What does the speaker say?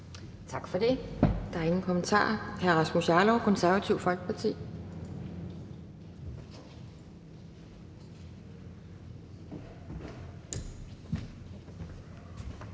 Tak for det. Der er ingen kommentarer. Hr. Rasmus Jarlov, Det Konservative Folkeparti.